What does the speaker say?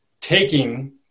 taking